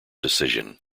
decision